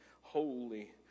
holy